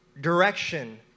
direction